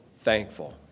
Thankful